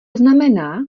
znamená